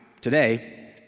today